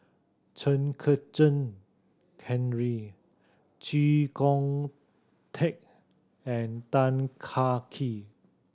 Chen Kezhan Henri Chee Kong Tet and Tan Kah Kee